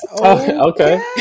Okay